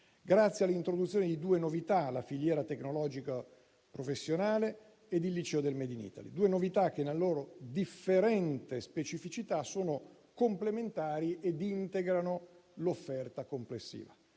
grazie all'introduzione di due novità, ossia la filiera tecnologica professionale ed il liceo del *made in Italy*. Due novità che, nella loro differente specificità, sono complementari ed integrano l'offerta complessiva.